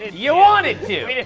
you wanted to.